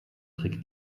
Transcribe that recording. trick